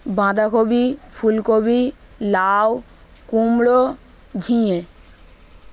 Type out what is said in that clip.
বাঁধাকপি ফুলকপি লাউ কুমড়ো ঝিঙে